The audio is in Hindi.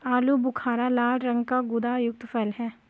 आलू बुखारा लाल रंग का गुदायुक्त फल है